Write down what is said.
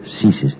ceases